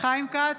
חיים כץ,